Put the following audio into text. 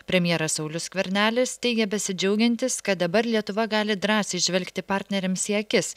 premjeras saulius skvernelis teigė besidžiaugiantis kad dabar lietuva gali drąsiai žvelgti partneriams į akis